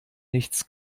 nichts